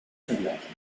vergleichen